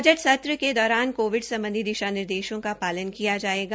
budget सत्र के दौरान कोविड सम्बधी दिशा निर्देशों का पालन किया जायेगा